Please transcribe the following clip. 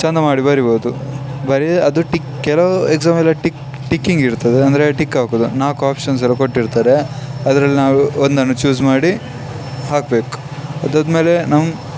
ಚೆಂದ ಮಾಡಿ ಬರಿಬೋದು ಬರೀ ಅದು ಟಿಕ್ ಕೆಲವು ಎಕ್ಸಾಮೆಲ್ಲ ಟಿಕ್ ಟಿಕ್ಕಿಂಗ್ ಇರ್ತದೆ ಅಂದರೆ ಟಿಕ್ ಹಾಕೋದು ನಾಲ್ಕು ಆಪ್ಷನ್ಸೆಲ್ಲ ಕೊಟ್ಟಿರ್ತಾರೆ ಅದ್ರಲ್ಲಿ ನಾವು ಒಂದನ್ನು ಚೂಸ್ ಮಾಡಿ ಹಾಕ್ಬೇಕು ಅದಾದಮೇಲೆ ನಮ್ಮ